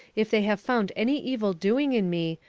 if they have found any evil doing in me,